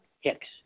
Hicks